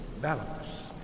balance